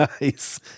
Nice